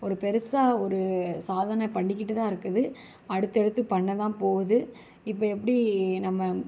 ஒரு பெருசாக ஒரு சாதனை பண்ணிக்கிட்டுதான் இருக்குது அடுத்தடுத்து பண்ணதான் போகுது இப்போ எப்படி நம்ம